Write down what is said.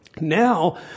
Now